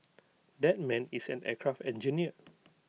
that man is an aircraft engineer